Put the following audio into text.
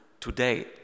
today